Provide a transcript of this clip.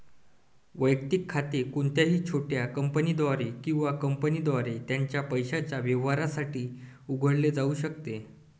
वैयक्तिक खाते कोणत्याही छोट्या कंपनीद्वारे किंवा कंपनीद्वारे त्याच्या पैशाच्या व्यवहारांसाठी उघडले जाऊ शकते